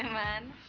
and man.